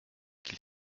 qu’il